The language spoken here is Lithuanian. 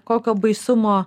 kokio baisumo